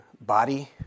body